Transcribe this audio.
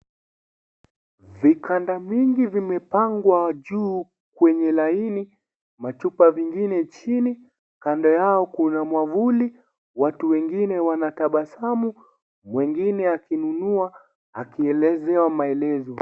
Viganda mingi vimepangwa juu kwenye laini, machupa vingine chini kando yao kuna mwavuli, watu wengine wanatabasamu , wengine akinunua akielezewa maelezo.